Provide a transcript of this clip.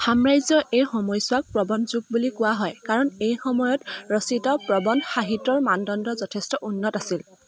সাম্ৰাজ্যৰ এই সময়ছোৱাক প্ৰবন্ধ যুগ বুলি কোৱা হয় কাৰণ এই সময়ত ৰচিত প্ৰবন্ধ সাহিত্যৰ মানদণ্ড যথেষ্ট উন্নত আছিল